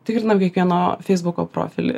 tikrinam kiekvieno feisbuko profilį